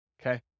okay